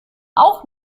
auch